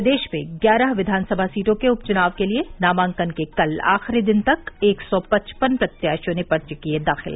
प्रदेश में ग्यारह विधानसभा सीटों के उप चुनाव के लिये नामांकन के कल आखिरी दिन तक एक सौ पचपन प्रत्याशियों ने पर्चे किए दाखिल